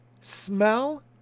smell